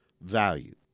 value